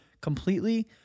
completely